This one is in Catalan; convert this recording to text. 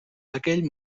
aquell